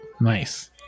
Nice